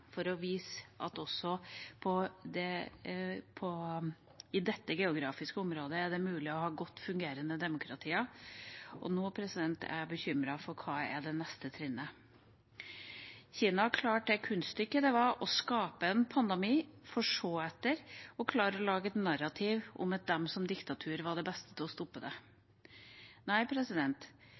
for å vise at det også i dette geografiske området er mulig å ha godt fungerende demokratier, og nå er jeg bekymret for hva som er det neste trinnet. Kina klarte det kunststykket det var å skape en pandemi, for deretter å lage et narrativ om at de som diktatur var de beste til å stoppe det. Nei,